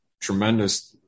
tremendous –